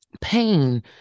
pain